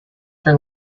for